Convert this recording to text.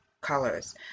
colors